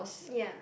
ya